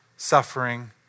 suffering